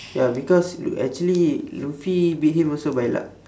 ya because l~ actually luffy beat him also by luck